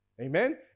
Amen